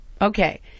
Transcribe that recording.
Okay